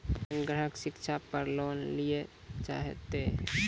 Bank ग्राहक शिक्षा पार लोन लियेल चाहे ते?